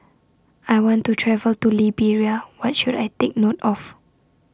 I want to travel to Liberia What should I Take note of